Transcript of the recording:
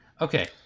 Okay